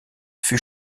fut